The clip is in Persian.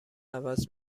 عوض